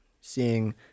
seeing